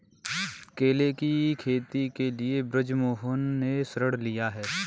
केले की खेती के लिए बृजमोहन ने ऋण लिया है